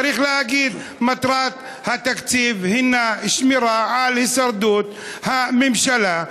צריך להגיד שמטרת התקציב הנה שמירה על הישרדות הממשלה,